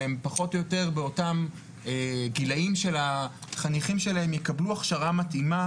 והם פחות או יותר באותם גילים של החניכים שלהם יקבלו הכשרה מתאימה